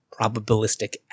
probabilistic